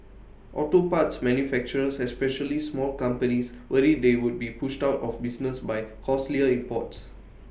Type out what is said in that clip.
auto parts manufacturers especially small companies worry they would be pushed out of business by costlier imports